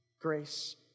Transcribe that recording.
Grace